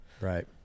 Right